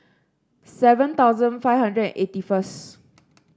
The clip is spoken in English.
seven thousand five hundred eighty first